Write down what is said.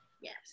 Yes